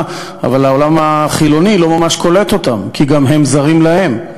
אבל העולם החילוני לא ממש קולט אותם כי הם זרים גם להם.